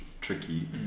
tricky